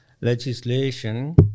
legislation